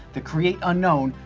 the create unknown,